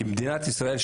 כמדינת ישראל,